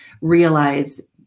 realize